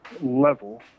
level